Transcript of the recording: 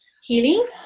healing